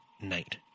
night